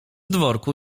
dworku